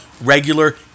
regular